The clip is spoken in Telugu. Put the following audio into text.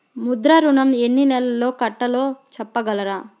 ముద్ర ఋణం ఎన్ని నెలల్లో కట్టలో చెప్పగలరా?